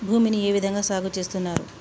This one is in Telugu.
భూమిని ఏ విధంగా సాగు చేస్తున్నారు?